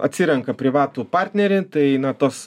atsirenka privatų partnerį tai na tas